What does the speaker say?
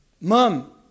mom